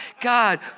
God